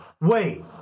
Wait